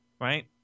Right